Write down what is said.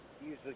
Usually